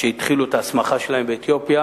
שהתחילו את ההסמכה שלהם באתיופיה